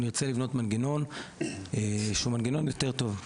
אני רוצה לבנות מנגנון שהוא מנגנון יותר טוב.